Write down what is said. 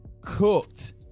cooked